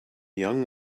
young